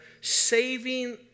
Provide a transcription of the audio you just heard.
saving